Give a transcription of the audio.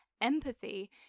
empathy